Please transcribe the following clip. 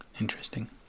Interesting